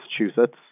Massachusetts